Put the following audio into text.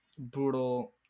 brutal